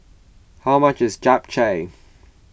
how much is Japchae